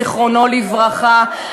זיכרונו לברכה,